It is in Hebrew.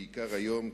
בעיקר היום.